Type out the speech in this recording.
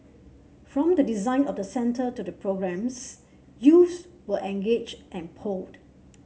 from the design of the centre to the programmes youths were engaged and polled